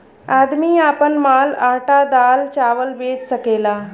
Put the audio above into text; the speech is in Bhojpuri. आदमी आपन माल आटा दाल चावल बेच सकेला